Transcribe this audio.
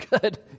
good